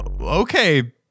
okay